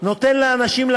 כי עדיין יש הריחות